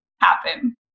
happen